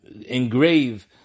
engrave